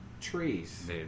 Trees